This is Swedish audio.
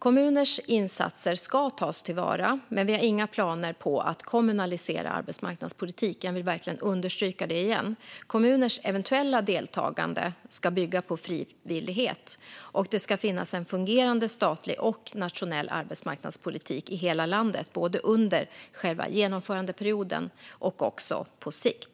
Kommuners insatser ska tas till vara. Vi har inga planer på att kommunalisera arbetsmarknadspolitiken. Jag vill verkligen understryka det igen. Kommuners eventuella deltagande ska bygga på frivillighet. Det ska finnas en fungerande statlig och nationell arbetsmarknadspolitik i hela landet både under själva genomförandeperioden och också på sikt.